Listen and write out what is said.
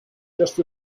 just